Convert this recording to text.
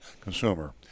consumer